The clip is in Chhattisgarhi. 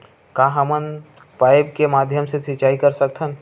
का हमन पाइप के माध्यम से सिंचाई कर सकथन?